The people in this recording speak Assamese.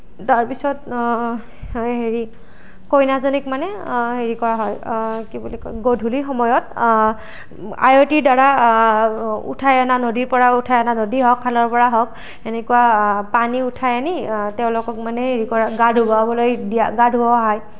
তাৰ পিছত হেৰি কইনাজনীক মানে হেৰি কৰা হয় কি বুলি কয় গধূলিৰ সময়ত আয়তীৰ দ্বাৰা উঠাই অনা নদীৰ পৰা উঠাই অনা নদী হওঁক খালৰ পৰা হওঁক সেনেকুৱা পানী উঠাই আনি তেওঁলোকক মানে হেৰি কৰা গা ধুৱাবলৈ দিয়া গা ধুওঁৱা হয়